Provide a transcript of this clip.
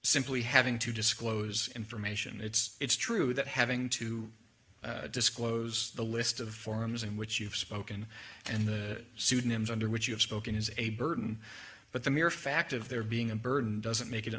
simply having to disclose information it's true that having to disclose the list of forms in which you've spoken and the pseudonyms under which you have spoken is a burden but the mere fact of there being a burden doesn't make it